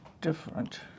different